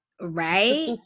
Right